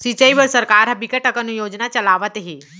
सिंचई बर सरकार ह बिकट अकन योजना चलावत हे